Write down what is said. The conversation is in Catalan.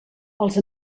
els